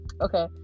Okay